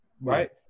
right